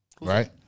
right